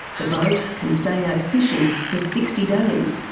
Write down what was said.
the boat can stay out fishing for sixty days,